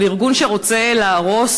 אבל ארגון שרוצה להרוס,